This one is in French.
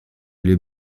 les